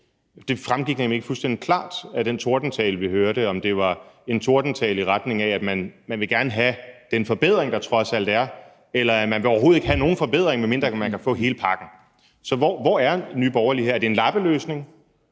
Det fremgik nemlig ikke fuldstændig klart af den ordførertale, vi hørte, altså om det var en tordentale, i retning af at man gerne vil have den forbedring, der trods alt er, eller om man overhovedet ikke vil have nogen forbedring, medmindre man kan få hele pakken. Så hvor er Nye Borgerlige? Er det en lappeløsning,